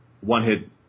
one-hit